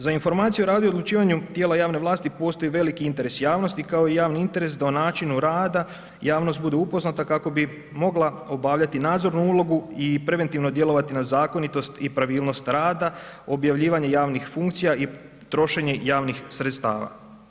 Za informaciju radi o odlučivanju tijela javne vlasti postoji veliki interes javnosti kao i javni interes da o načinu rada javnost bude upoznata kako bi mogla obavljati nadzornu ulogu i preventivno djelovati na zakonitost i pravilnost rada, objavljivanje javnih funkcija i trošenje javnih sredstava.